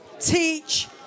teach